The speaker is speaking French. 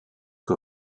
que